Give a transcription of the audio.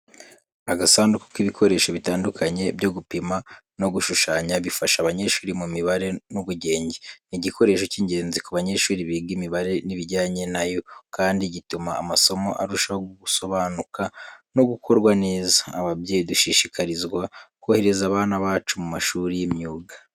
Agasandu k’ibikoresho bitandukanye byo gupima no gushushanya bifasha abanyeshuri mu mibare n’ubugenge. Ni igikoresho cy'ingenzi ku banyeshuri biga imibare n'ibijyanye na yo, kandi gituma amasomo arushaho gusobanuka no gukorwa neza. Ababyeyi dushishikarizwa kohereza abana bacu mu mashuri y'imyuga.